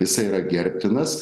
jisai yra gerbtinas